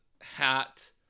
hat